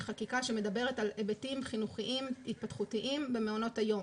שמדברת על היבטים חינוכיים התפתחותיים במעונות היום.